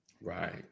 Right